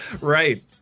right